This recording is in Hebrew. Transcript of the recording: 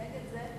נגד זה,